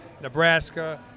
Nebraska